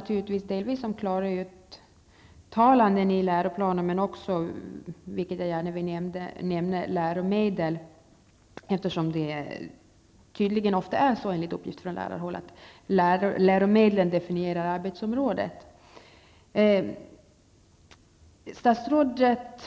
Det handlar delvis om klara uttalanden i läroplanen och också om tillgängliga läromedel, eftersom läromedlen -- enligt uppgift från lärarhåll -- Statsrådet